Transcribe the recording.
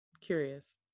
curious